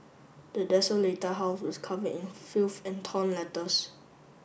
the desolated house was covered in filth and torn letters